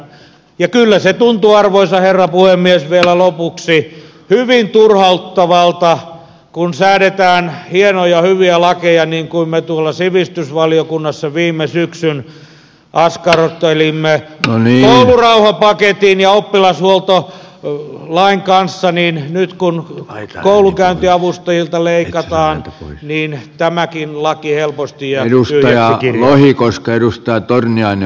ja kyllä se tuntuu arvoisa herra puhemies vielä lopuksi hyvin turhauttavalta kun säädetään hienoja ja hyviä lakeja niin kuin me tuolla sivistysvaliokunnassa viime syksyn askartelimme koulurauhapaketin ja oppilashuoltolain kanssa mutta nyt kun koulunkäyntiavustajilta leikataan niin tämäkin laki helposti ja uusille ja ohi koska edustaa torniainen